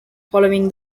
following